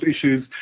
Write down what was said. issues